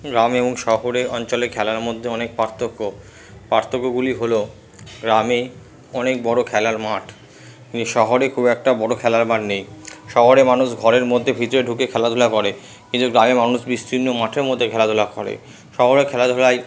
গ্রামে এবং শহরের অঞ্চলে খেলার মধ্যে অনেক পার্থক্য পার্থক্যগুলি হলো গ্রামে অনেক বড়ো খেলার মাঠ কিন্তু শহরে খুব একটা বড়ো খেলার মাঠ নেই শহরে মানুষ ঘরের মধ্যে ভিতরে ঢুকে খেলাধুলা করে কিন্তু গ্রামের মানুষ বিস্তীর্ণ মাঠের মধ্যে খেলাধুলা করে শহরের খেলাধুলায়